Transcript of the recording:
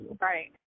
right